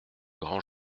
grand